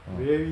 orh